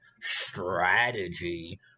strategy